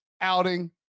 outing